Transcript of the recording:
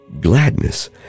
gladness